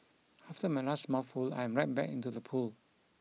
after my last mouthful I'm right back into the pool